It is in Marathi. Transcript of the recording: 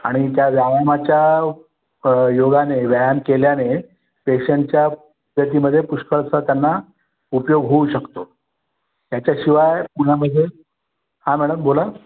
आणि त्या व्यायामाच्या योगाने व्यायाम केल्याने पेशंटच्या गतीमध्ये पुष्कळसा त्यांना उपयोग होऊ शकतो ह्याच्याशिवाय पुण्यामध्ये हां मॅडम बोला